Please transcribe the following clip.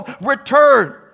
Return